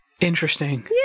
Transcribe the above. Interesting